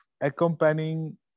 accompanying